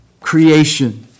creation